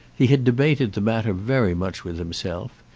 he had debated the matter very much with himself.